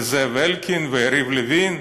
זאב אלקין ויריב לוין,